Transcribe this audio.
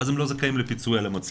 ואז הם לא זכאים לפיצוי על המצלמות.